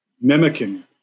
mimicking